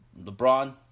lebron